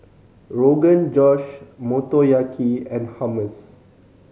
Rogan Josh Motoyaki and Hummus